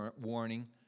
warning